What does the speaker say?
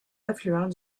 affluent